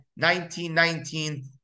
19-19